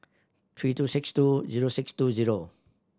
three two six two zero six two zero